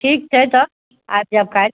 ठीक छै तऽ आबि जायब काल्हि